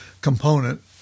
component